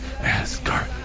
Asgard